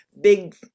big